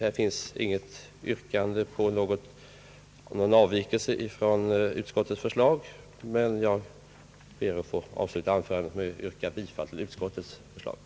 Det finns inget yrkande på någon avvikelse från utskottets förslag, och jag ber att få yrka bifall till utskottets hemställan.